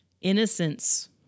innocence